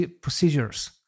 procedures